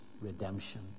redemption